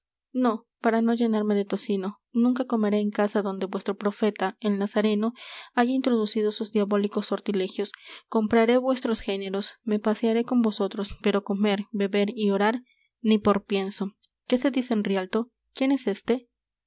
no para no llenarme de tocino nunca comeré en casa donde vuestro profeta el nazareno haya introducido sus diabólicos sortilegios compraré vuestros géneros me pasearé con vosotros pero comer beber y orar ni por pienso qué se dice en rialto quién es éste